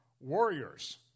warriors